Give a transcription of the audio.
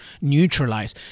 neutralize